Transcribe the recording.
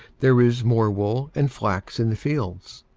there is more wool and flax in the fields.